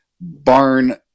barn